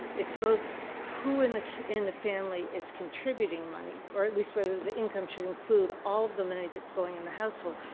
it's both who in the in the family is contributing money, or at least whether the income should include all of the money that's going in the household,